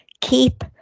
keep